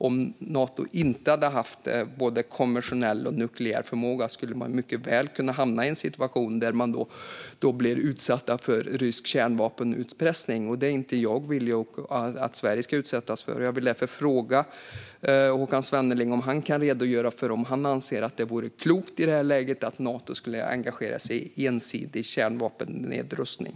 Om Nato inte hade haft både konventionell och nukleär förmåga skulle man mycket väl kunna hamna i en situation där man utsätts för rysk kärnvapenutpressning, och det är jag inte villig att medverka till att Sverige utsätts för. Jag vill därför fråga Håkan Svenneling om han kan redogöra för om han anser att det vore klokt i det här läget att Nato engagerar sig i ensidig kärnvapennedrustning.